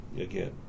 again